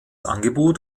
angebot